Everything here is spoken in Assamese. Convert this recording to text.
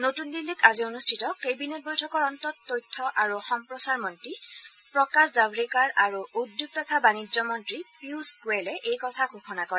নতুন দিল্লীত আজি অনুষ্ঠিত কেবিনেট বৈঠকৰ অন্তত তথ্য আৰু সম্প্ৰচাৰ মন্ত্ৰী প্ৰকাশ জাৱড়েকাৰ আৰু উদ্যোগ তথা বাণিজ্য মন্ত্ৰী পীয়ুজ গোৱেলে এই কথা ঘোষণা কৰে